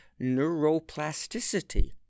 neuroplasticity